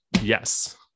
Yes